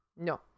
No